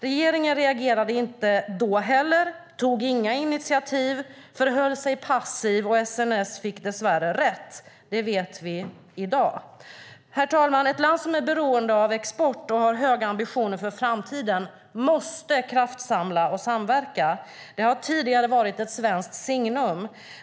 Regeringen reagerade inte då heller. Man tog inga initiativ, och man förhöll sig passiv. SNS fick dess värre rätt. Det vet vi i dag. Herr talman! Ett land som är beroende av export och har höga ambitioner för framtiden måste kraftsamla och samverka. Det har tidigare varit ett svenskt signum.